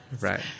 right